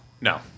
No